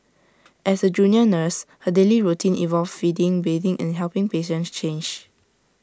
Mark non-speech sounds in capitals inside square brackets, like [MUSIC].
[NOISE] as A junior nurse her daily routine involved feeding bathing and helping patients change